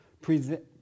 present